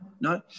no